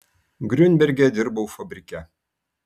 griunberge dirbau fabrike